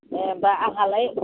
अ दा आंहालाय